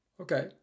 okay